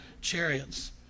chariots